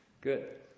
Good